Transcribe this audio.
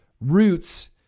Roots